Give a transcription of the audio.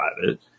private